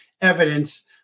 evidence